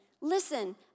listen